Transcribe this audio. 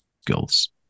skills